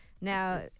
Now